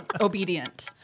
obedient